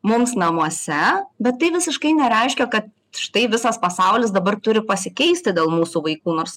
mums namuose bet tai visiškai nereiškia kad štai visas pasaulis dabar turi pasikeisti dėl mūsų vaikų nors